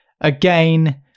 again